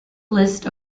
list